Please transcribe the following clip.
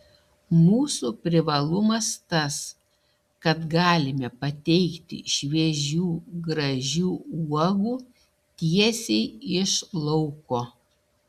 mūsų privalumas tas kad galime pateikti šviežių gražių uogų tiesiai iš lauko